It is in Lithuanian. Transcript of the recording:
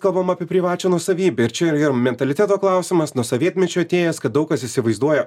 kalbam apie privačią nuosavybę ir čia ir ir mentaliteto klausimas nuo sovietmečio atėjęs kad daug kas įsivaizduoja